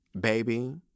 baby